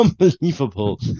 unbelievable